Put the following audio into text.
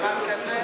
חברי הכנסת,